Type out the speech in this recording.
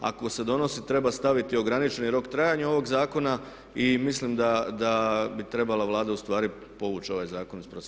Ako se donosi treba staviti ograničeni rok trajanja ovog zakona i mislim da bi trebala Vlada ustvari povući ovaj zakon iz procedure.